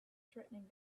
threatening